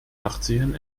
nachtsehen